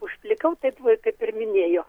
užplikau taip kaip ir minėjo